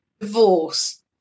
divorce